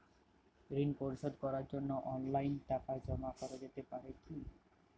ঋন পরিশোধ করার জন্য অনলাইন টাকা জমা করা যেতে পারে কি?